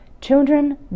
Children